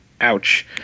Ouch